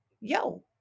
yo